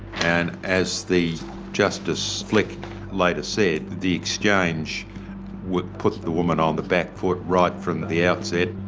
and as the justice flick later said, the exchange would put the woman on the back foot right from the the outset.